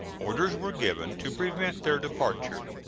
orders were given to prevent their departure.